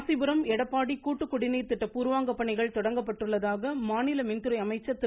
ராசிபுரம் எடப்பாடி கூட்டுக்குடிநீர் திட்ட பூர்வாங்கப் பணிகள் தொடங்கப்பட்டுள்ளதாக மாநில மின்துறை அமைச்சர் திரு